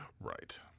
Right